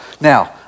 Now